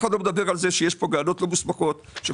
אף אחד לא מדבר על זה שיש כאן גננות לא מוסמכות שנמצאות